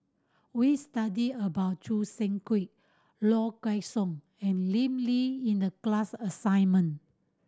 we studied about Choo Seng Quee Low Kway Song and Lim Lee in the class assignment